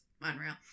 unreal